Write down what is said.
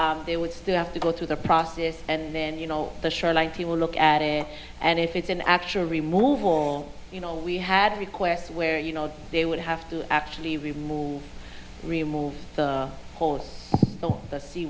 mean they would still have to go through the process and then you know the shoreline he will look at it and if it's an actual remove all you know we had requests where you know they would have to actually remove remove the th